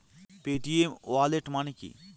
Paytm wallet মানে কি?